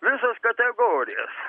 visas kategorijas